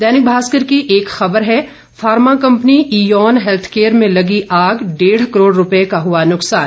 दैनिक भास्कर की एक खबर है फार्मा कंपनी ईऑन हैल्थकेयर में लगी आग डेढ़ करोड़ रूपए का हुआ न्कसान